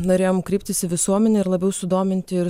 norėjom kreiptis į visuomenę ir labiau sudominti ir